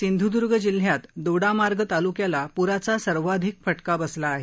सिंधुदुर्ग जिल्ह्यात दोडामार्ग तालुक्याला पूराचा सर्वाधिक फटका बसला आहे